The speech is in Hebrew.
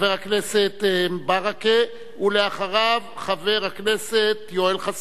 חבר הכנסת ברכה, ואחריו, חבר הכנסת יואל חסון.